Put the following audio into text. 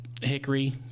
Hickory